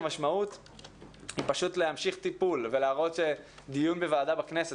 המשמעות היא פשוט להמשיך טיפול ולהראות שדיון בוועדה בכנסת,